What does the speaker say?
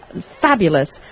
fabulous